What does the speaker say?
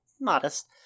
modest